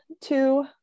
two